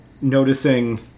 noticing